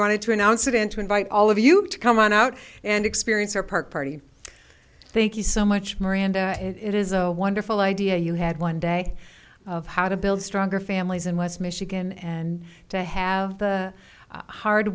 wanted to announce event to invite all of you to come on out and experience or park party thank you so much miranda and it is a wonderful idea you had one day of how to build stronger families in west michigan and to have the hard